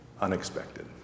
unexpected